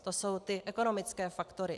To jsou ty ekonomické faktory.